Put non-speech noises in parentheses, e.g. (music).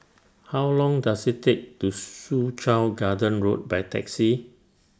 How Long Does IT Take to get to Soo Chow (noise) Garden Road By Taxi